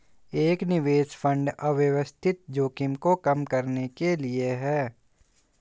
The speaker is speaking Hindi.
एक निवेश फंड अव्यवस्थित जोखिम को कम करने के लिए है